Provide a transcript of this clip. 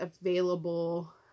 available